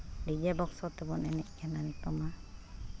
DJ ᱵᱚᱠᱥᱚ ᱛᱮᱵᱚᱱ ᱮᱱᱮᱡ ᱠᱟᱱᱟ ᱱᱤᱛᱚᱝ ᱢᱟ